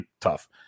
tough